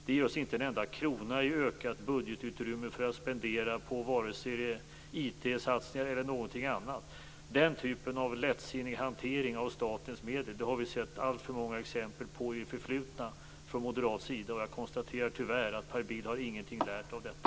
Det ger oss inte en enda krona i ökat budgetutrymme för att spendera på vare sig IT-satsningar eller någonting annat. Den typen av lättsinnig hantering av statens medel har vi sett alltför många exempel på i det förflutna från moderat sida. Jag konstaterar att Per Bill tyvärr ingenting lärt av detta.